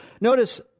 Notice